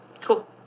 Cool